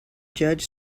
judge